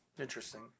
Interesting